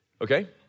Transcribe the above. Okay